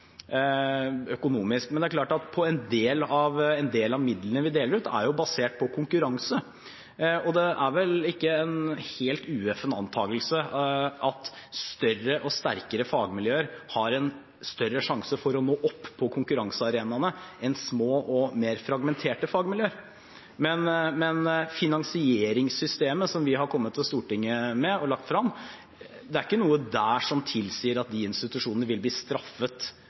økonomisk. Men det er klart at en del av midlene vi deler ut, er basert på konkurranse, og det er vel ikke en helt ueffen antagelse at større og sterkere fagmiljøer har en større sjanse for å nå opp på konkurransearenaene enn små og mer fragmenterte fagmiljøer. Men når det gjelder finansieringssystemet som vi har kommet med og lagt frem for Stortinget, er det ikke noe der som tilsier at institusjonene vil bli straffet